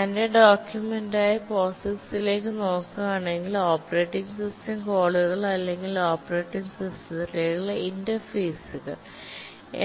standard ഡോക്യുമെന്റായ POSIXലേക്ക് നോക്കുകയാണെങ്കിൽ ഓപ്പറേറ്റിംഗ് സിസ്റ്റം കോളുകൾ അല്ലെങ്കിൽ ഓപ്പറേറ്റിംഗ് സിസ്റ്റത്തിലേക്കുള്ള ഇന്റർഫേസുകൾ